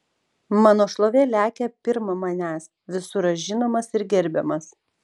mano šlovė lekia pirm manęs visur aš žinomas ir gerbiamas